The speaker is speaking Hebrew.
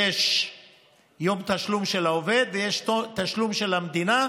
יש יום תשלום של העובד ויש יום תשלום של המדינה.